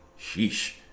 Sheesh